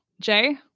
Jay